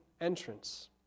entrance